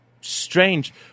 strange